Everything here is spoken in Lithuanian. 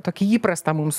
tokį įprastą mums